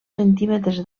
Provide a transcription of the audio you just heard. centímetres